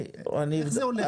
איך זה הולך?